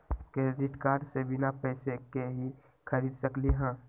Credit card से बिना पैसे के ही खरीद सकली ह?